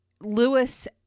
Lewis